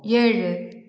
ஏழு